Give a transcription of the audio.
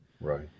right